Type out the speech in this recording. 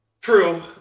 True